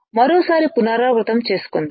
మరోసారి పునరావృతం చేసుకుందాం